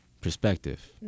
perspective